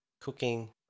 Cooking